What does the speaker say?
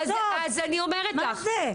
מה זה.